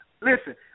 Listen